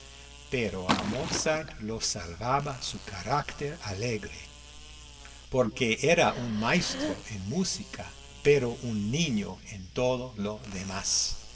pero a mozart lo salvaba su carácter alegre porque era un maestro en música pero un niño en todo lo demás